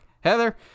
Heather